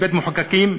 כבית-מחוקקים,